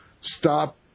stop